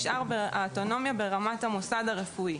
האוטונומיה נשארת ברמת המוסד הרפואי.